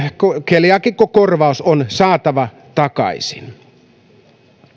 keliaakikkokorvaus on saatava takaisin